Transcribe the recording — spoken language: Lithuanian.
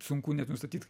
sunku net nustatyt